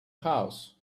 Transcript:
house